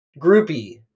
groupie